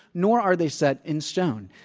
nor are they set in stone.